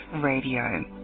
Radio